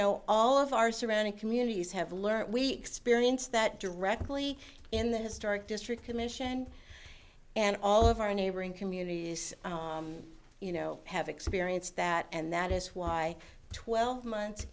know all of our surrounding communities have learned we experience that directly in the historic district commission and all of our neighboring communities you know have experienced that and that is why twelve month